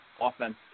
offense